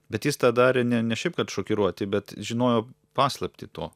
bet jis tą darė ne ne šiaip kad šokiruoti bet žinojo paslaptį to